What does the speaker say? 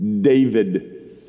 David